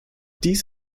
dies